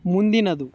ಮುಂದಿನದು